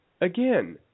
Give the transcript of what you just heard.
again